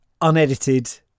unedited